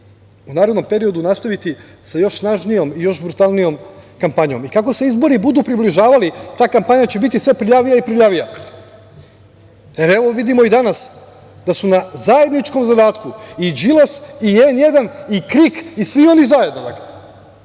u narednom periodu nastaviti sa još snažnijom i još brutalnijom kampanjom i kako se izbori budu približavali, ta kampanja će biti sve prljavija i prljavija. Evo, vidimo i danas da su na zajedničkom zadatku i Đilas i „N1“ i KRIK i svi oni zajedno.